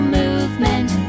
movement